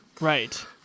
Right